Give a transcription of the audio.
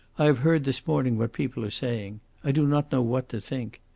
i have heard this morning what people are saying. i do not know what to think.